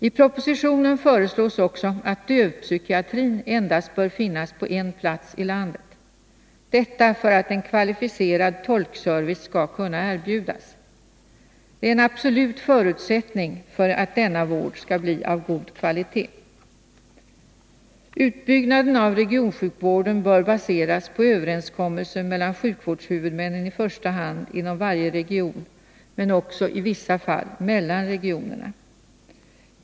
I propositionen föreslås också att dövpsykiatrin endast bör finnas på en plats i landet. Detta för att en kvalificerad tolkservice skall kunna erbjudas. Det är en absolut förutsättning för att denna vård skall bli av god kvalitet. Utbyggnaden av regionsjukvården bör baseras på överenskommelse mellan sjukvårdshuvudmännen i första hand inom varje region men också i vissa fall mellan regionerna.